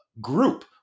group